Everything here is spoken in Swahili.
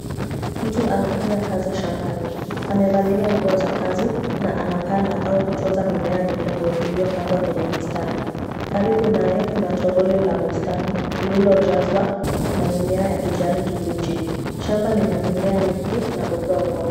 Mtu anafanya kazi shambani. Amevalia nguo za kazi na anapanda au kutunza mimea midogo iliyopandwa kwenye mistari. Karibu naye kuna toroli la bustani lililojazwa na mimea ya kijani kibichi. Shamba lina mimea mingi na udongo.